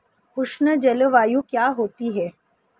उष्ण जलवायु क्या होती है?